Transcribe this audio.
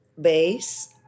base